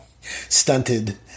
stunted